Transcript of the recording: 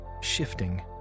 Shifting